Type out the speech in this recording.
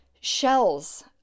shells